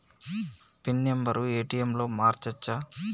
Pin number ATM లో మార్చచ్చా?